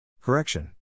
Correction